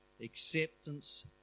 acceptance